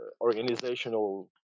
organizational